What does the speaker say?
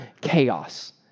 chaos